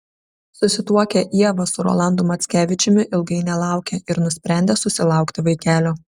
susituokę ieva su rolandu mackevičiumi ilgai nelaukė ir nusprendė susilaukti vaikelio